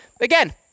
again